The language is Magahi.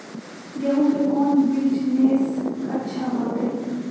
गेंहू के कौन बिजनेस अच्छा होतई?